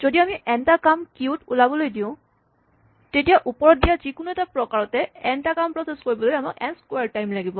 যদি আমি এন টা কাম কিউত ওলাবলৈ দিওঁ তেতিয়া ওপৰত দিয়া যিকোনো এটা প্ৰকাৰতে এন টা কাম প্ৰচেছ কৰিবলৈ আমাক এন ক্সোৱাৰড টাইম লাগিব